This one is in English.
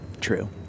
True